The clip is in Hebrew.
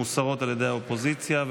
מוסרות על ידי האופוזיציה.